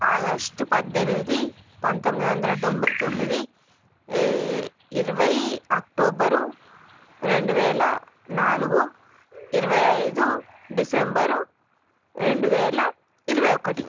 August పద్దెనిమిది పంతొమ్మి ది వందల తొంబై తొమ్మిది ఇరవై అక్టోబరు రెండు వేల నాలుగు ఇరవై ఐదు డిసెంబరు రెండు వేల ఇరవై ఒకటి